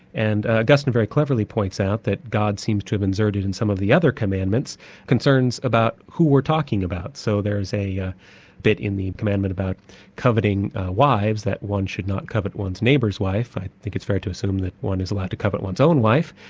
and augustine very cleverly points out that god seems to have inserted in some of the other commandments concerns about who we're talking about. so there's a yeah bit in the commandment about coveting wives, that one should not covet one's neighbour's wife, and i think it's fair to assume that one is allowed to covet one's own wife,